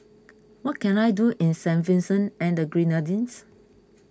what can I do in Saint Vincent and the Grenadines